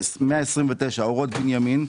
מספר 129, אורות בנימין.